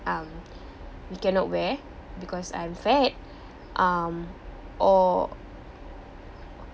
um you cannot wear because I'm fat uh or